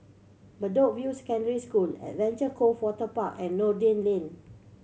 Bedok View Secondary School Adventure Cove Waterpark and Noordin Lane